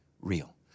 real